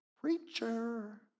preacher